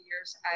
years